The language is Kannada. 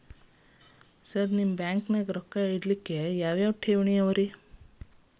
ಸರ್ ನಿಮ್ಮ ಬ್ಯಾಂಕನಾಗ ರೊಕ್ಕ ಇಡಲಿಕ್ಕೆ ಯಾವ್ ಯಾವ್ ಠೇವಣಿ ಅವ ರಿ?